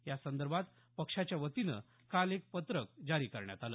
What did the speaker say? यासंदर्भात पक्षाच्यावतीनं काल एक पत्रक जारी करण्यात आलं